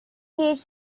his